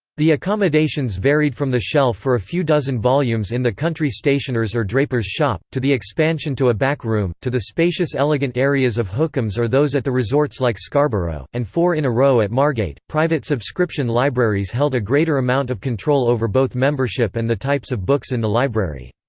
the accommodations varied from the shelf for a few dozen volumes in the country stationer's or draper's shop, to the expansion to a back room, to the spacious elegant areas of hookham's or those at the resorts like scarborough, and four in a row at margate private subscription libraries held a greater amount of control over both membership and the types of books in the library.